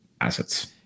assets